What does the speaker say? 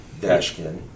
Dashkin